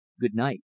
Good-night